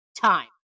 time